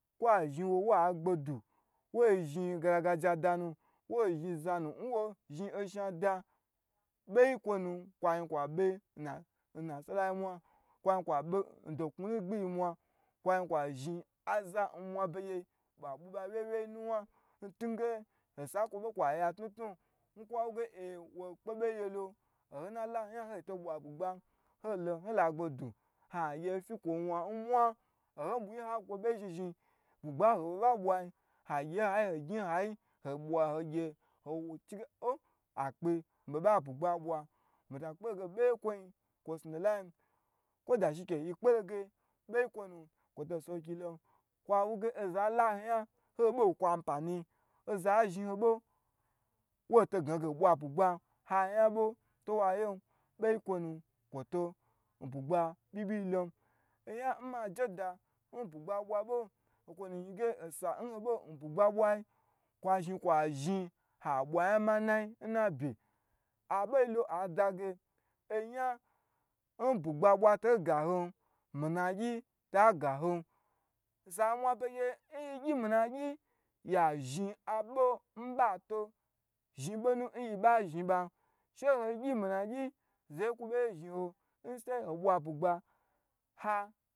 Kwa zhniwo wa gbe dwu, wo zhni gargaja da nu, wo zhni zanu n wo zhni oshna da, ɓei kwonu kwon kwa ɓe nna-nna sarayin mwa, kwain kwa ɓen doknwu nu gi-i n mwa, kwan kwa zhni azan mwabegye ɓa ɓwu ɓa nyi wyewyei nuwna, n tunge osan kwo ɓei kwa ya tnutnu, nkwa wuge two kpe ɓei yelo, ohonna lo honya hon to ɓwa bwu gban, holo hola gbedwu, ha gye fyi kwoi wna h mwa, o hoi ɓwugyi n ha gwo bei zhni zhni-i, bwugba n hoɓoɓa ɓwa nyi, ha gyen hayi, ho gnyi hai ho ɓwa, hoi gye, ho wu ho chi o, akpe mii ɓo ɓa bwugba ɓwa, mii ta kpelo ge ɓo ye bwoin, kwo snulo lai, kwo dashikeyi kpeloge, ɓei kwo nu, kwo to n saki lon, kwa wu ge oza la ho nya, n ho ɓon kwo ampmani-i oza zhni ho ɓo, wo to gna hoge ho ɓwa bwugban, ha nya ɓo to wa yen, ɓei n kwonu, kwo to n bwugba ɓyi ɓyi-i lon, onyan maje da n bwugba ɓwa ɓo, okwo nyi ge osa n ho ɓo n bwugba ɓwai, kwa zhni kwazhni ha ɓwa nya manai, n na ɓye, aɓo lo a dage, onya n bwugba ɓwa to ga hon, mi-i nagyi ta gahon, n sai mwa begye n yi gyi mii na gyi, ya zhni aɓo, n ɓato zhni ɓonu n yi ɓa zhni ɓan she ho gyi mi-i na gyi zaye kwu ɓo zhni ho instead ho ɓwa bwugba ha.